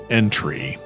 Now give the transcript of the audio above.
entry